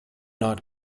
not